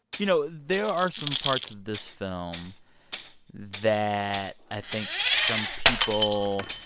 you know, there are some parts of this film that i think some people